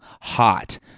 hot